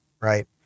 right